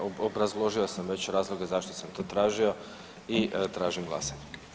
Obrazložio sam već razloge zašto sam to tražio i tražim glasanje.